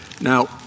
Now